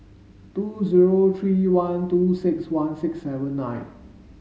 two zero three one two six one six seven nine